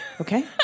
Okay